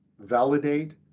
validate